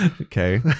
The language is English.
Okay